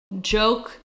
joke